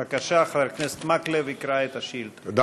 בבקשה, חבר הכנסת מקלב יקרא את השאילתה.